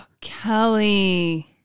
Kelly